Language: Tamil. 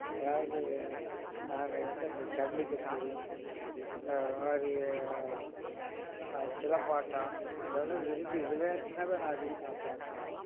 அதாவது நாங்கள் வந்து அந்த ஜல்லிக்கட்டு இந்த மாதிரி சிலம்பாட்டம் இதெல்லாம் விரும்பி விளையாட்டுனாவே நான் அதிகம் நான் பார்ப்போம்